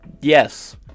yes